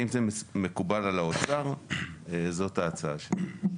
אם זה מקובל על האוצר, זאת ההצעה שלי.